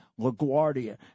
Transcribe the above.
LaGuardia